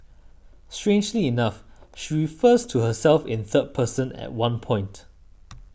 strangely enough she refers to herself in third person at one point